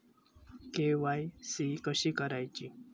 KYC कशी करायची?